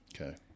Okay